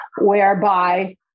whereby